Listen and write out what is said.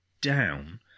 down